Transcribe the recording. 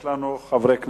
הצעות לסדר-היום מס'